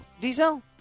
Diesel